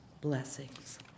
Blessings